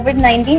COVID-19